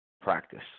practice